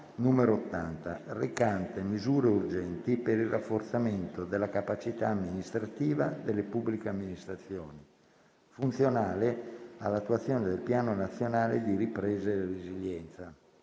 n. 80, recante misure urgenti per il rafforzamento della capacità amministrativa delle pubbliche amministrazioni funzionale all'attuazione del Piano nazionale di ripresa e resilienza